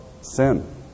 sin